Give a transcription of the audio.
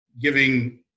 giving